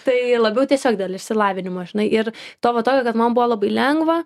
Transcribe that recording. tai labiau tiesiog dėl išsilavinimo žinai ir to va tokio kad man buvo labai lengva